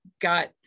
got